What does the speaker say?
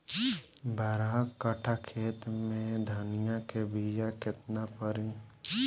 बारह कट्ठाखेत में धनिया के बीया केतना परी?